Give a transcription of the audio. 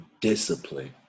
discipline